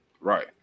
Right